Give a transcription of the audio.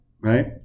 right